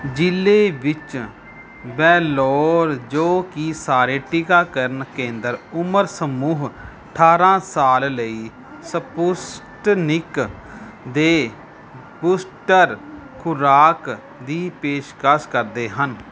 ਜ਼ਿਲ੍ਹੇ ਵਿੱਚ ਬੈਲੋਰ ਜੋ ਕਿ ਸਾਰੇ ਟੀਕਾਕਰਨ ਕੇਂਦਰ ਉਮਰ ਸਮੂਹ ਅਠਾਰਾਂ ਸਾਲ ਲਈ ਸਪੁਸਟਨਿਕ ਦੇ ਬੂਸਟਰ ਖੁਰਾਕ ਦੀ ਪੇਸ਼ਕਸ਼ ਕਰਦੇ ਹਨ